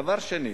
דבר שני,